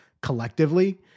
collectively